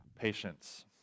patience